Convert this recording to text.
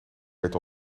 werd